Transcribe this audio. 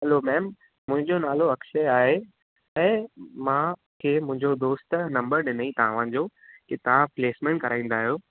hello ma'am मुंहिंजो नालो अक्षय आहे ऐं मां खे मुंहिंजे दोस्त नम्बर ॾिनई तव्हांजो की तव्हां प्लेसमेंट कराईंदा आहियो